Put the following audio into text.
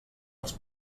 els